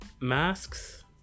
masks